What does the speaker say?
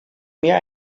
mehr